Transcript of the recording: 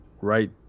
right